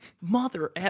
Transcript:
Mother